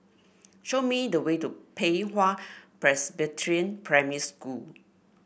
show me the way to Pei Hwa Presbyterian Primary School